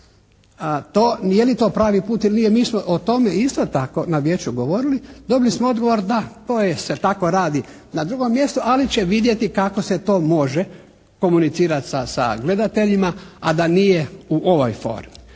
Nije li to pravi put jer mi smo o tome isto tako na vijeću govorili. Dobili smo odgovor da to se tako radi na drugom mjestu ali će vidjeti kako se to može komunicirati sa gledateljima a da nije u ovoj formi.